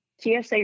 TSA